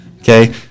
okay